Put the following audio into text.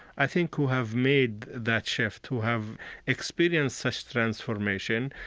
i think, who have made that shift, who have experienced such transformation,